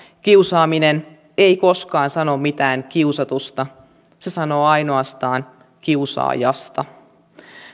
kiusaaminen ei koskaan sano mitään kiusatusta se sanoo ainoastaan kiusaajasta